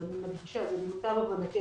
ואני מדגישה שזה למטב הבנתי,